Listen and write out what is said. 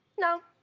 no.